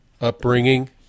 upbringing